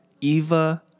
Eva